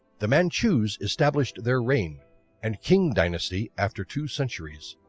the manchus established their reign and qing dynasty after two centuries.